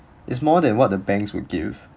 is more than what the banks would give